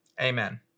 Amen